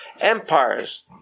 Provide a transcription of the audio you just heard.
empires